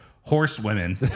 horsewomen